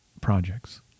projects